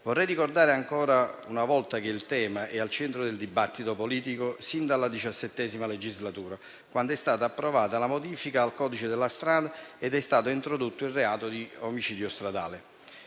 Vorrei ricordare ancora una volta che il tema è al centro del dibattito politico sin dalla XVII legislatura, quando è stata approvata la modifica al codice della strada ed è stato introdotto il reato di omicidio stradale.